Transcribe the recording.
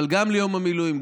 אבל גם ליום המילואים,